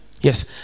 Yes